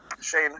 Shane